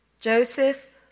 Joseph